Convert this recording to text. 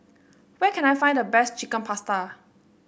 where can I find the best Chicken Pasta